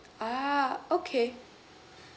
ah okay